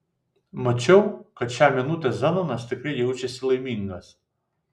mačiau kad šią minutę zenonas tikrai jaučiasi laimingas